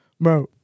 bro